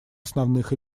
основных